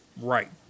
Right